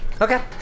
Okay